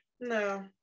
no